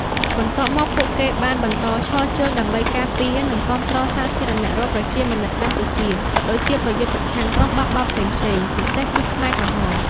បន្ទាប់មកពួកគេបានបន្តឈរជើងដើម្បីការពារ និងគាំទ្រសាធារណរដ្ឋប្រជាមានិតកម្ពុជា ក៏ដូចជាប្រយុទ្ធប្រឆាំងក្រុមបះបោរផ្សេងៗ ពិសេសគឺខ្មែរក្រហម។